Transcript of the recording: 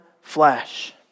flesh